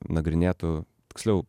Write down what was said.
nagrinėtų tiksliau